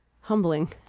humbling